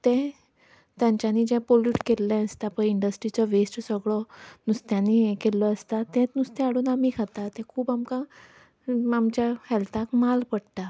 तें तांच्यांनी जें पॉल्यूट केल्लें आसता पळय इंडस्ट्रिचो वेस्ट सगळो नुस्त्यांनीं हें केल्लो आसता तेंच नुस्तें हाडून आमी खाता तें खूब आमकां आमच्या हॅल्थाक माल पडटा